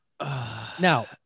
Now